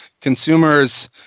consumers